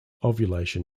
ovulation